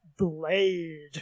Blade